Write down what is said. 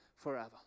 forever